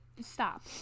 Stop